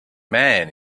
men